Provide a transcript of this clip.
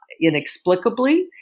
inexplicably